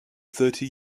thirty